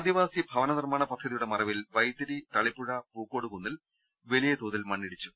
ആദിവാസി ഭവന നിർമ്മാണ പദ്ധതിയുടെ മറവിൽ വൈത്തിരി തളിപ്പുഴ പൂക്കോടുകുന്നിൽ വലിയ തോതിൽ മണ്ണിടിച്ചു